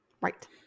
Right